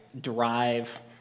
drive